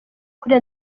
kuri